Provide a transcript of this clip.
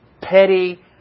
petty